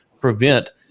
prevent